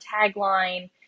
tagline